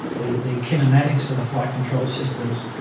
the the kinematics of the flight control systems.